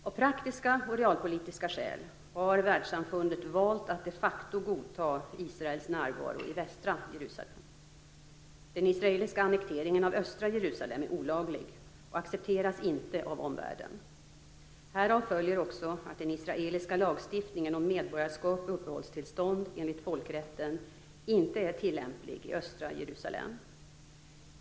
Av praktiska och realpolitiska skäl har världssamfundet valt att de facto godta Israels närvaro i västra Jerusalem är olaglig och accepteras inte av omvärlden. Härav följer också att den israeliska lagstiftningen om medborgarskap och uppehållstillstånd, enligt folkrätten, inte är tillämplig i östra Jerusalem.